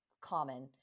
common